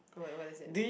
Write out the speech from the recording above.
wait what is it